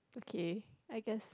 okay I guess